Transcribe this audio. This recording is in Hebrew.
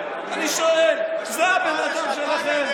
אני שואל, זה הבן אדם שלכם,